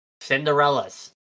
Cinderella's